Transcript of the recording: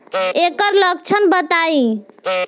एकर लक्षण बताई?